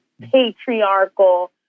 patriarchal